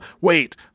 Wait